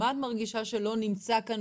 מה את מרגישה שלא נמצא כאן